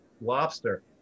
lobster